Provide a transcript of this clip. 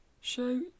Show